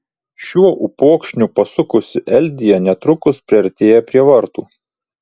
šiuo upokšniu pasukusi eldija netrukus priartėja prie vartų